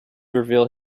reveal